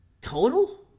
Total